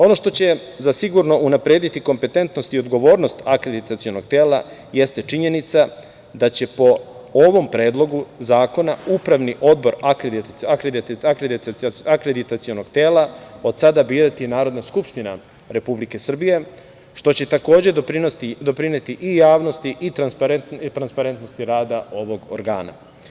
Ono što će zasigurno unaprediti kompetentnost i odgovornost akreditacionog tela, jeste činjenica da će po ovom predlogu zakona Upravni odbor akreditacionog tela od sada birati Narodna skupština Republike Srbije, što će takođe doprineti i javnosti i transparentnosti rada ovog organa.